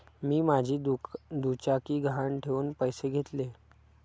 मी माझी दुचाकी गहाण ठेवून पैसे घेतले